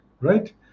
right